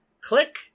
click